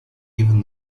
even